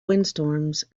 windstorms